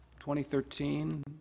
2013